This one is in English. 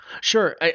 Sure